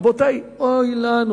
רבותי, אוי לנו